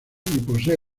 posee